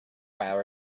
file